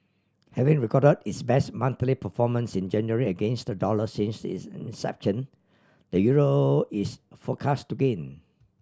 having record its best monthly performance in January against the dollar since its inception the euro is forecast to gain